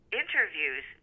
interviews